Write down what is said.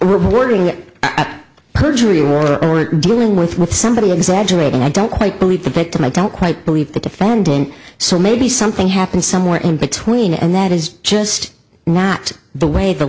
we're boarding at perjury were it dealing with with somebody exaggerating i don't quite believe the victim i don't quite believe the defendant so maybe something happened somewhere in between and that is just not the way the